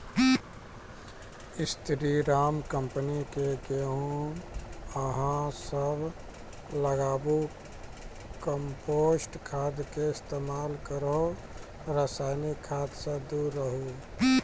स्री Ram company के गेहूँ अहाँ सब लगाबु कम्पोस्ट खाद के इस्तेमाल करहो रासायनिक खाद से दूर रहूँ?